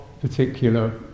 particular